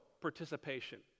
participation